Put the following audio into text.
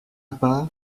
part